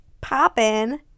popping